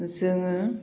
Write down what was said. जोङो